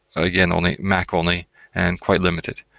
again, only mac only and quite limited.